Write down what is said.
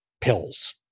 pills